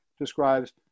describes